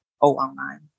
online